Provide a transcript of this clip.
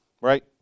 right